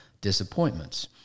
disappointments